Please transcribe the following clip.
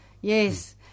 yes